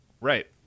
Right